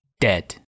Dead